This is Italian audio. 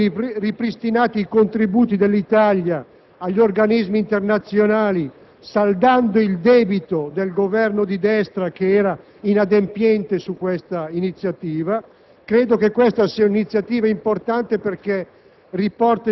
Per quanto riguarda i Paesi in via di sviluppo, vengono ripristinati i contributi dell'Italia agli organismi internazionali, saldando il debito del Governo di destra, che al riguardo era inadempiente. Credo si tratti